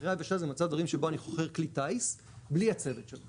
וחכירה יבשה זה מצב הדברים שבו אני חוכר כלי טייס בלי הצוות שלו,